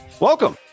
Welcome